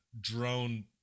drone